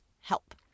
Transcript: help